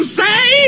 say